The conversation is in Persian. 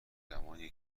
زمانیه